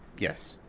yes.